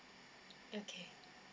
okay